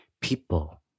people